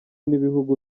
n’ibihugu